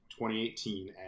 2018